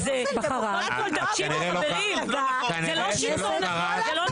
זה לא נכון.